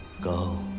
Go